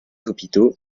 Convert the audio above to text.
hôpitaux